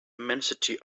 immensity